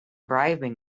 bribing